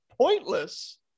pointless